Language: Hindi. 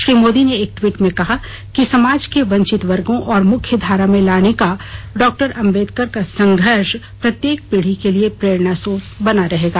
श्री मोदी ने एक ट्वीट में कहा कि समाज के वंचित वर्गों को मुख्य धारा में लाने का डॉक्टर आम्बेडकर का संघर्ष प्रत्येक पीढी के लिए प्रेरणा स्रोत बना रहेगा